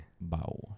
Bow